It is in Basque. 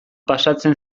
pasatzen